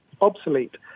obsolete